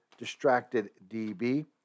DistractedDB